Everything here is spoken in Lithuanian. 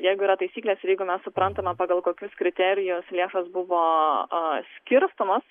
jeigu yra taisykles ir jeigu mes suprantame pagal kokius kriterijus lėšos buvo a skirstomos